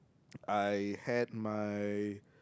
I had my